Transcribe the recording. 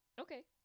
Okay